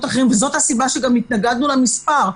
אחרים זאת הסיבה שגם התנגדנו למספר.